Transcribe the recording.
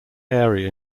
airy